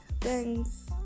Thanks